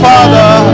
Father